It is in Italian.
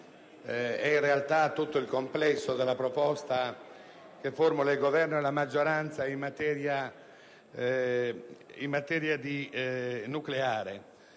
e in realtà sul complesso della proposta che formulano il Governo e la maggioranza in materia di